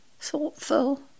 thoughtful